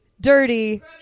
dirty